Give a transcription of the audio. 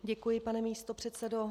Děkuji, pane místopředsedo.